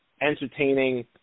entertaining